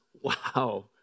Wow